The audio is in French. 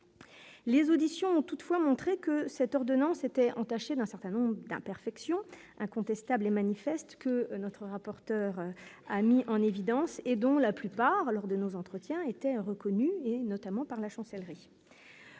Les auditions ont toutefois montré que cette ordonnance était entaché d'un certain nombre d'imperfections incontestable et manifeste que notre rapporteur, a mis en évidence et dont la plupart lors de nos entretiens était reconnu et notamment par la chancellerie,